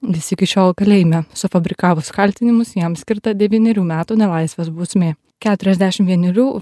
jis iki šiol kalėjime sufabrikavus kaltinimus jam skirta devynerių metų nelaisvės bausmė keturiasdešim vienerių